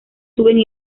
suben